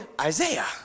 Isaiah